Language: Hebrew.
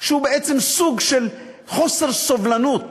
שהוא בעצם סוג של חוסר סובלנות